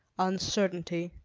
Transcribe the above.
uncertainty,